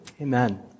Amen